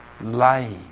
life